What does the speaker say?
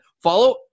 follow